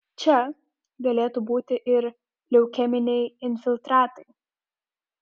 čia galėtų būti ir leukeminiai infiltratai